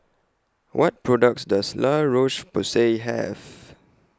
What products Does La Roche Porsay Have